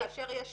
כאשר יש